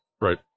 Right